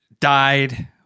died